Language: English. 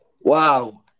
wow